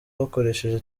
bakoresheje